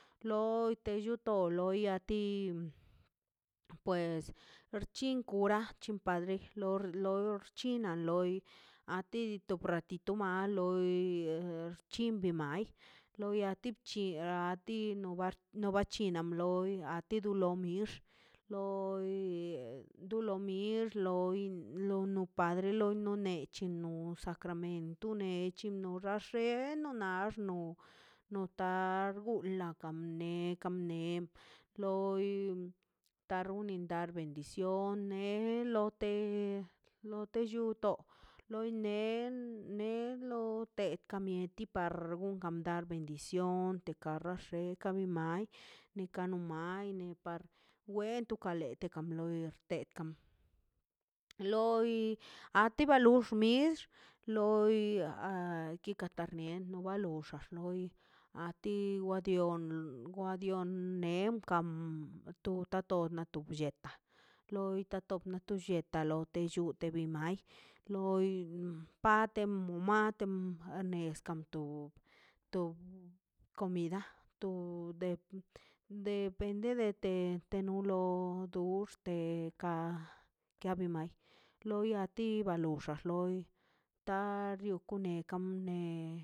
Loi to lo llute loi a ti pues archinkwi wra chimpadre lor- lorchina an loi dito ratito ma loi xchinmbi mai loi a ti bchin a ti no bar chinnaꞌ loi a ti no do ti a mix loi dolo mix loi lo nu padre lo no nei chi sacramento ne chu gaaxen to nax no notar gug akan ne nekan ne loi tarunin dad bendición ne lote lote lluto loi nen nelo be ka mieti par rgungan dar bendición te kara she teka mai nika no mai ni par we tukan leteka loi dirte kan loi a ti ba lux mi loi a kika tarnie wai pax noi a ti wa dion wa dion nei kan to ta to na to bllieta lo ta to na to bllieta lato nllute bin mai loi pate mumaten anes kan ton to comida to de tit de depende de te nulo luxte kan kabi mal loia ti ban xax loi ta rio kanekan ne.